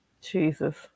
Jesus